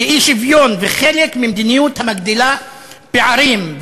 וחלק ממדיניות המגדילה פערים.